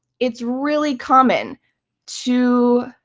it's really common to